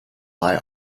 lie